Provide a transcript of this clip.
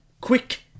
quick